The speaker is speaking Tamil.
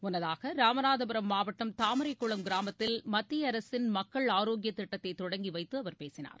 முன்னதாக ராமநாதபுரம் மாவட்டம் தாமரைக்குளம் கிராமத்தில் மத்திய அரசின் மக்கள் ஆரோக்கிய திட்டத்தை தொடங்கி வைத்து அவர் பேசினார்